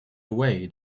away